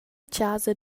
chasa